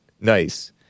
Nice